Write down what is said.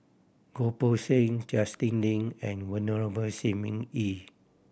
Goh Poh Seng Justin Lean and Venerable Shi Ming Yi